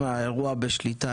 אם האירוע בשליטה,